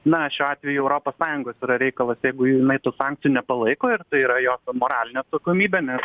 na šiuo atveju europos sąjungos yra reikalas jeigu jinai tų sankcijų nepalaiko ir tai yra jo moralinė atsakomybė nes